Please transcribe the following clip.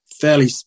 fairly